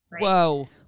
Whoa